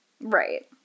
Right